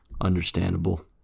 Understandable